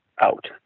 out